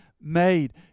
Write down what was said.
made